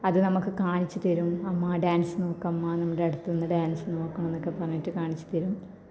അത് നമുക്ക് കാണിച്ചു തരും അമ്മാ ഡാന്സ് നോക്കമ്മാന്നിവിടടുത്ത് നിന്ന് ഡാന്സ് നോക്കണമെന്നൊക്കെ പറഞ്ഞിട്ട് കാണിച്ചു തരും